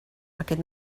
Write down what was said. aquest